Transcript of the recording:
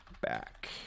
back